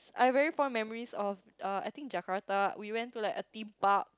I have very fond memories of uh I think Jakarta we went to a Theme Park